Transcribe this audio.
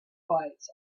bites